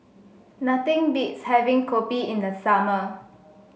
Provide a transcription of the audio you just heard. nothing beats having Kopi in the summer